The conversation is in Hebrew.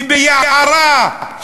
וביערה,